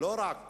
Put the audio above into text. לא רק